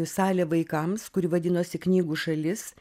salė vaikams kuri vadinosi knygų šalis